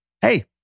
hey